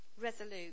resolute